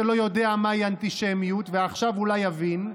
שלא יודע מהי אנטישמיות ועכשיו אולי יבין,